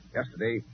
Yesterday